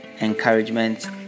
encouragement